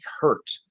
hurt